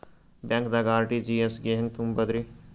ಬ್ಯಾಂಕ್ದಾಗ ಆರ್.ಟಿ.ಜಿ.ಎಸ್ ಹೆಂಗ್ ತುಂಬಧ್ರಿ?